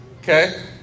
Okay